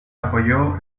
apoyó